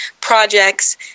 projects